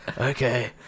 okay